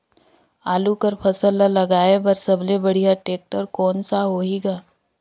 आलू कर फसल ल लगाय बर सबले बढ़िया टेक्टर कोन सा होही ग?